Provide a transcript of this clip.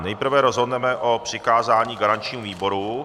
Nejprve rozhodneme o přikázání garančnímu výboru.